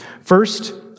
First